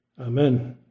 Amen